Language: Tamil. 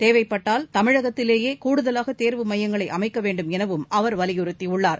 தேவைபட்டால் தமிழகத்திலேயேகூடுதலாகதேர்வு மையங்களைஅமைக்கவேண்டுமெனவும் அவர் வலியுறுத்தியுள்ளார்